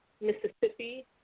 Mississippi